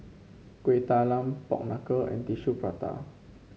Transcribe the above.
Kueh Talam Pork Knuckle and Tissue Prata